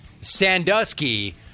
Sandusky